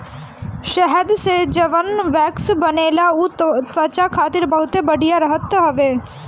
शहद से जवन वैक्स बनेला उ त्वचा खातिर बहुते बढ़िया रहत हवे